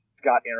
Scott